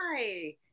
Hi